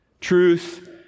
Truth